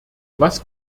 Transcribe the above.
was